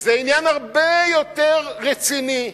זה עניין הרבה יותר רציני.